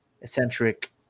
eccentric –